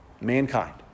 mankind